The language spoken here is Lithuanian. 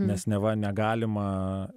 nes neva negalima